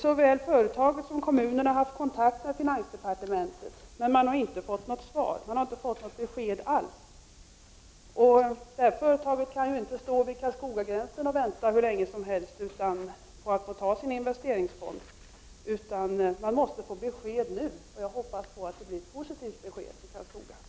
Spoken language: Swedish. Såväl företaget som kommunen har varit i kontakt med finansdepartementet, men man har inte fått något svar. Man har inte fått något besked alls. Det här företaget kan inte stå vid Karlskogas gräns och vänta hur länge som helst på att få använda sin investeringsfond. Man måste få besked nu, och jag hoppas på att det blir ett positivt besked för Karlskoga.